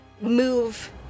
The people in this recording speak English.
move